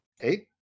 Eight